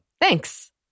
Thanks